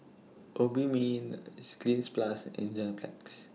Obimin Cleanz Plus and Enzyplex